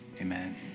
amen